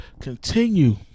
continue